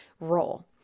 role